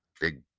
big